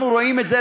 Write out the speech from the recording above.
אנחנו רואים את זה,